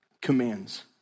commands